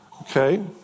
Okay